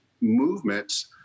movements